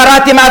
לא קראתם.